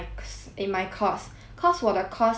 cause 我的 course 主要是学 like